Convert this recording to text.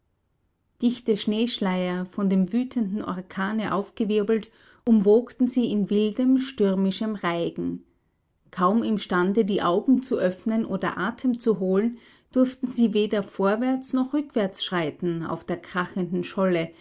dichte schneeschleier von dem wütenden orkane aufgewirbelt umwogten sie in wildem stürmischem reigen kaum imstande die augen zu öffnen oder atem zu holen durften sie weder vorwärts noch rückwärts schreiten auf der krachenden scholle